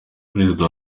prezida